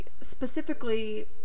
specifically